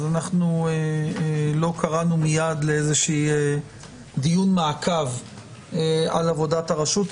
לא קראנו מייד לדיון מעקב על עבודת הרשות,